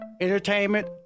entertainment